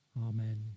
Amen